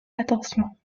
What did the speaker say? l’attention